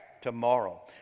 tomorrow